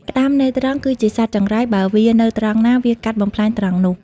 ក្ដាម ន័យត្រង់ គឺជាសត្វចង្រៃ បើវានៅត្រង់ណា វាកាត់បំផ្លាញត្រង់នោះ ។